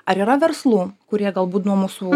ar yra verslų kurie galbūt nuo mūsų